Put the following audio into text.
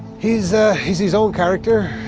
he's ah he's his own character.